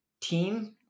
team